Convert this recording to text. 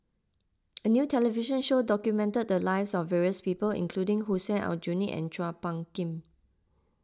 a new television show documented the lives of various people including Hussein Aljunied and Chua Phung Kim